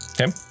Okay